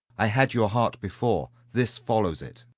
i had your heart before this follows it.